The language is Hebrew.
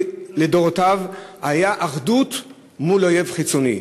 לדורותיו הייתה באחדות מול אויב חיצוני,